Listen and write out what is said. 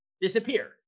disappear